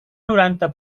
noranta